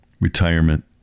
retirement